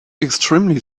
extremely